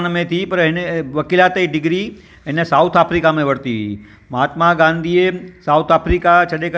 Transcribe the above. कई अलगि अलगि टाइपनि जी मोबाइल निकितियूं आहिनि जीअं त सैमसंग कंपनीअ मोबाइल आहे